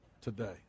today